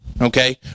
Okay